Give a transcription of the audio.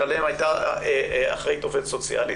שעליהם היתה אחראית עובדת סוציאלית,